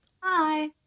Hi